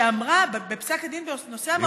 שאמרה בפסק הדין בנושא המרכולים,